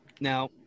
Now